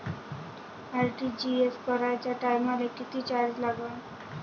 RTGS कराच्या टायमाले किती चार्ज लागन?